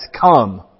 come